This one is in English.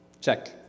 Check